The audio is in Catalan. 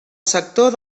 sector